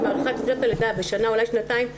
מאריכה את חופשת הלידה בשנה ואולי בשנתיים,